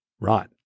Right